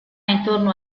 intorno